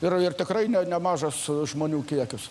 ir ir tikrai ne nemažas žmonių kiekis